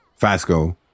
Fasco